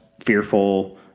fearful